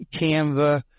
Canva